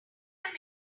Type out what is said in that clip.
out